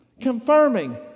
confirming